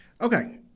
Okay